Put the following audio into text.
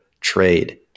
trade